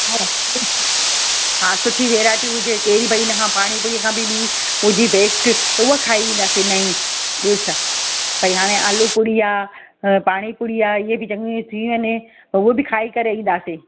हा हा सुठी वैराइटी हुजे कैड़ी भई हिन पाणीपुरी खां बि हुजे बेस्ट उहा खाई ईंदासे नईं ॿियो छा भई हाणे आलू पुरी आ अ पाणीपुरी आ इहे बि चङियूं शयूं आइन उहे बि खाई करे ईंदासे